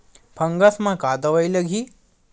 Fungus म का दवाई लगी?